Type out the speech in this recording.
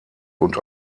und